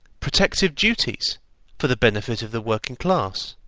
protective duties for the benefit of the working class.